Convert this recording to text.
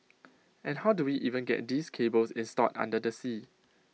and how do we even get these cables installed under the sea